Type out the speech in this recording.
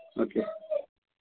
okay